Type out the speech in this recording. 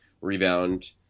rebound